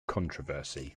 controversy